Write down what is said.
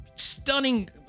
stunning